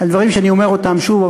על דברים שאני אומר שוב ושוב,